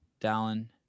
Dallin